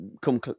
come